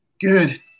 Good